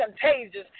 contagious